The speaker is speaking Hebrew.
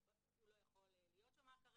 אבל הוא לא יכול להיות שם כרגע.